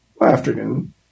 afternoon